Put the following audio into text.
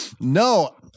No